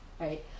right